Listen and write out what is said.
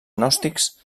gnòstics